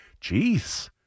Jeez